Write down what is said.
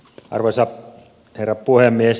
arvoisa herra puhemies